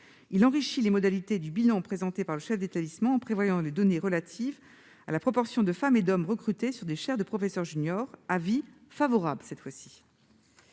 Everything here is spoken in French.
en enrichissant les modalités du bilan présenté par le chef d'établissement en prévoyant des données relatives à la proportion de femmes et d'hommes recrutés sur des chaires de professeur junior. Pour ces raisons,